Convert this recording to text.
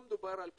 מדובר על בצלים,